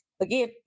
again